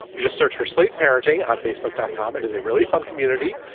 you just search for sleep parenting on facebook dot com. it is a really fun community.